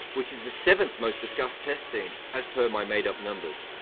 which is the seventh most discussed test team as per my made-up numbers.